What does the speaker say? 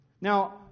Now